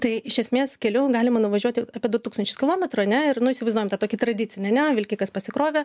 tai iš esmės keliu galima nuvažiuoti apie du tūkstančius kilometrų ane ir nu įsivaizduojam tą tokį tradicinį ne vilkikas pasikrovė